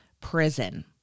prison